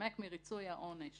מתחמק מריצוי העונש